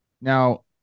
Now